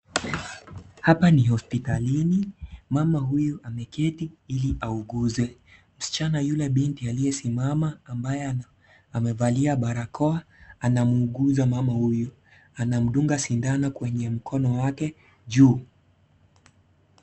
Hapa ni hospitalini mama huyu ameketi hili auguze, msichana yule binti aliyesimama ambaye amevalia barakoa anamuuguza mama huyu ,anamdunga sindano kwenye mkono wake juu.